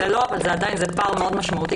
אבל עדיין זה פער משמעותי מאוד.